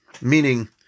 Meaning